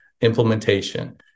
implementation